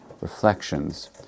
reflections